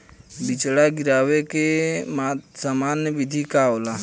बिचड़ा गिरावे के सामान्य विधि का होला?